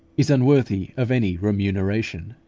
is unworthy of any remuneration.